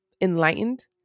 enlightened